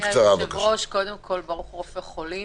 אדוני היושב-ראש, קודם כל ברוך רופא חולים.